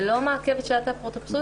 זה לא מעכב את שלילת האפוטרופסות.